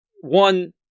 one